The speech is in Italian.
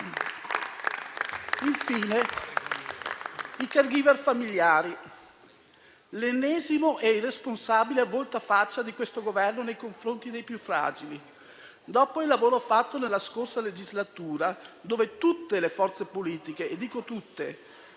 cui è stato fatto l'ennesimo e irresponsabile voltafaccia di questo Governo nei confronti dei più fragili. Dopo il lavoro fatto nella scorsa legislatura, in cui tutte le forze politiche - e dico tutte